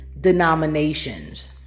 denominations